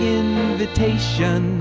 invitation